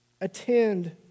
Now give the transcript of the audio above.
Attend